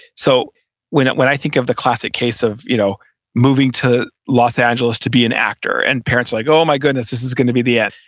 so when when i think of the classic case of you know moving to los angeles to be an actor and parents were like, oh my goodness, this is going to be the end.